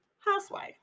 housewife